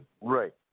right